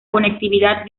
conectividad